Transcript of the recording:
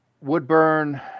Woodburn